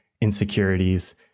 insecurities